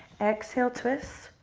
exhale, twist.